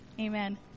Amen